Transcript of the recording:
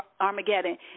Armageddon